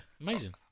amazing